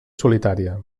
solitària